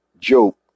joke